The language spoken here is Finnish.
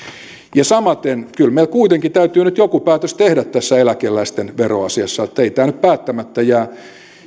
ja samaten kyllä meidän kuitenkin täytyy nyt joku päätös tehdä tässä eläkeläisten veroasiassa että ei tämä nyt päättämättä jää